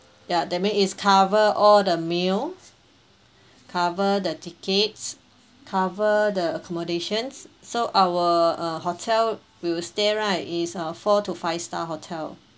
ya that mean it's cover all the meals cover the tickets cover the accommodations so our uh hotel we will stay right is uh four to five star hotel